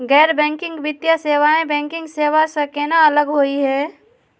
गैर बैंकिंग वित्तीय सेवाएं, बैंकिंग सेवा स केना अलग होई हे?